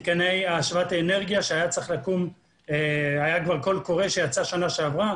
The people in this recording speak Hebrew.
מתקני השבת אנרגיה היה קול קורא שיצא כבר בשנה שעברה